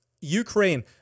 Ukraine